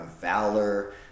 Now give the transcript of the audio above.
valor